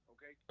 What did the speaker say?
Okay